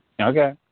Okay